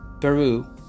Peru